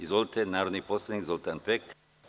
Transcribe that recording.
Izvolite, narodni poslanik Zoltan Pek.